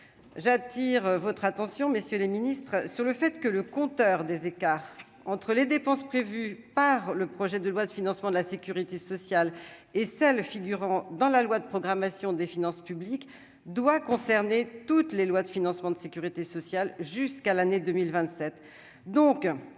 j'attire votre attention, messieurs les ministres, sur le fait que le compteur des écarts entre les dépenses prévues par le projet de loi de financement de la Sécurité sociale et celles figurant dans la loi de programmation des finances publiques doit concerner toutes les lois de financement de sécurité sociale jusqu'à l'année 2027